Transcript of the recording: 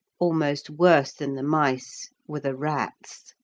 almost worse than the mice were the rats,